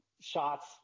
shots